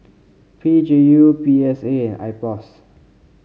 P G U P S A and IPOS